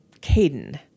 Caden